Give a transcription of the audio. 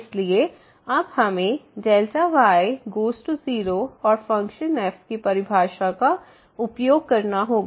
इसलिए अब हमें Δy→0 और फंक्शन f की परिभाषा का उपयोग करना होगा